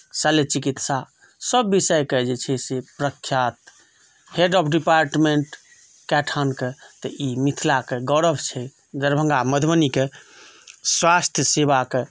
शल्यचिकित्सा सब विषयके जे छै से प्रख्यात हेड ऑफ़ डिपार्टमेंट कय ठाम के तऽ ई मिथिला कऽ गौरव छै दरभंगा मधुबनीके स्वास्थ्य सेवाके